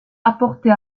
apporter